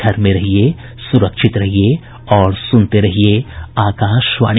घर में रहिये सुरक्षित रहिये और सुनते रहिये आकाशवाणी